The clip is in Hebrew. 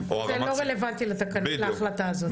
כלומר הם לא רלוונטיים להחלטה הזאת.